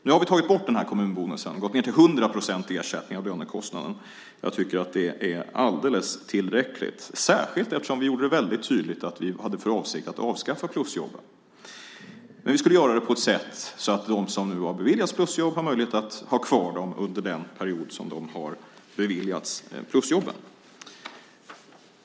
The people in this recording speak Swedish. Nu har vi tagit bort denna kommunbonus och gått ned till 100 procent av lönekostnaden i ersättning. Jag tycker att det är alldeles tillräckligt, särskilt eftersom vi gjorde det väldigt tydligt att vi hade för avsikt att avskaffa plusjobben. Dock skulle vi göra det på ett sådant sätt att de som har beviljats plusjobb har möjlighet att ha kvar dem under den period som de har beviljats sina plusjobb.